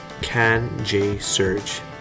CanJSurge